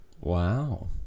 Wow